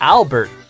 Albert